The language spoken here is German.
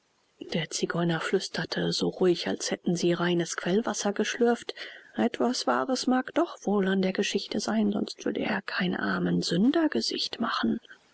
der zigeuner flüsterte so ruhig als hätten sie reines quellwasser geschlürft etwas wahres mag doch wohl an der geschichte sein sonst würde er kein armensünder gesicht machen